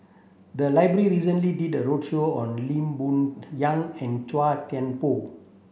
the library recently did a roadshow on Lee Boon Yang and Chua Thian Poh